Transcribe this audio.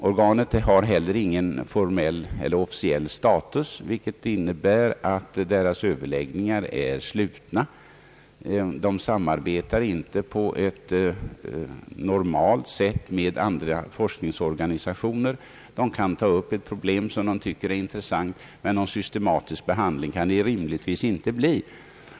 Organet har inte heller någon formell eller officiell status, vilket innebär att överläggningarna är slutna. Det samarbetar inte på ett normalt sätt med andra forskningsorganisationer. Det kan ta upp ett problem som man tycker är intressant, men någon systematisk behandling kan det rimligtvis inte bli.